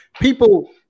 People